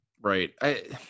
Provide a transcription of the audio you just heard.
Right